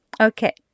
Okay